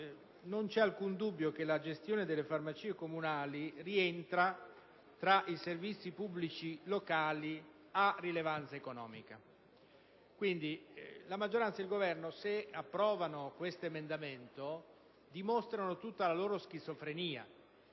non vi è alcun dubbio che la gestione delle farmacie comunali rientra tra i servizi pubblici locali a rilevanza economica. Qualora, quindi, la maggioranza e il Governo li approvassero dimostrerebbero tutta la loro schizofrenia.